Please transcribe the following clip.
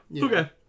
Okay